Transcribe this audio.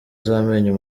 z’amenyo